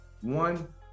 One